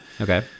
Okay